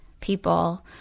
people